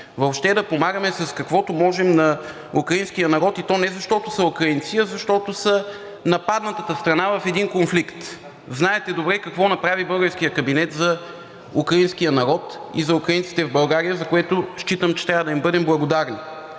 въобще да помагаме с каквото можем на украинския народ, и то не защото са украинци, а защото са нападнатата страна в един конфликт. Знаете добре какво направи българският кабинет за украинския народ и за украинците в България, за което считам, че трябва да им бъдем благодарни.